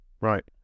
Right